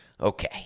Okay